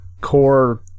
core